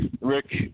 Rick